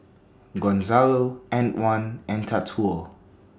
Gonzalo Antwan and Tatsuo